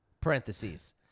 parentheses